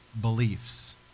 beliefs